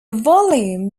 volume